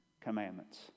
commandments